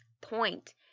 point